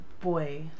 boy